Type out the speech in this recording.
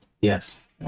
Yes